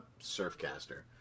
Surfcaster